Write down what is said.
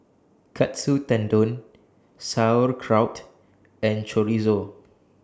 Katsu Tendon Sauerkraut and Chorizo